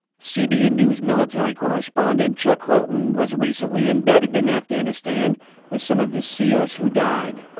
cbn news military correspondent chuck holton was recently embedded in afghanistan with some of the seals who died.